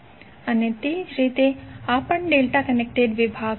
અને તે જ રીતે આ પણ ડેલ્ટા કનેક્ટેડ વિભાગ છે